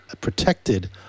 protected